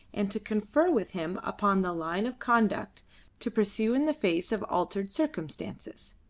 and to confer with him upon the line of conduct to pursue in the face of altered circumstances.